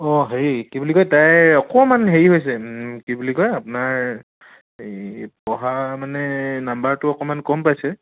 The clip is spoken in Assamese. অঁ হেৰি কি বুলি কয় তাই অকণমান হেৰি হৈছে কি বুলি কয় আপোনাৰ এই পঢ়া মানে নাম্বাৰটো অকণমান কম পাইছে